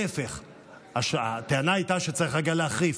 להפך, הטענה הייתה שצריך להחריף.